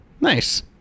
nice